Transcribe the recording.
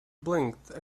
blinked